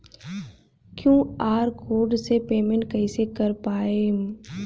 QR code से payment कईसे कर पाएम?